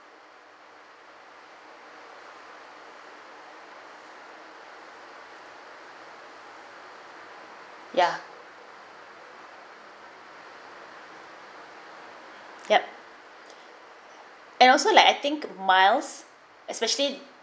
ya yup ans also like I think miles especially